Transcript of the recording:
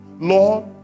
Lord